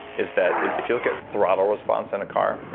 is that if you look at throttle response in a car.